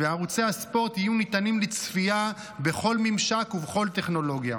ערוצי הספורט יהיו ניתנים לצפייה בכל ממשק ובכל טכנולוגיה.